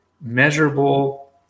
measurable